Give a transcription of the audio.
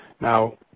Now